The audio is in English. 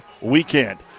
weekend